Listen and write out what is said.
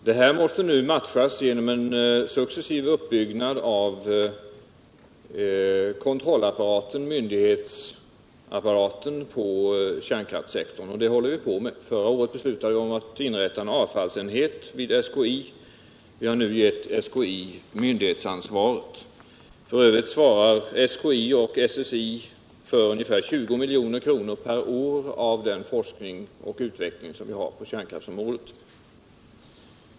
Detta måste matchas genom en successiv uppbyggnad av kontrollapparaten, myndighetsapparaten på kärnkraftssektorn, och det håller vi på med. Förra året beslöt vi att inrätta en avfallsenhet vid SKI. Vi har nu gett SKI myndighetsansvar. F. ö. svarar SKI och SSI för ungefär 20 milj.kr. per år av den forskning och utveckling som sker på kärnkraftsområdet.